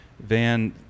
Van